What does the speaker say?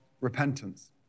repentance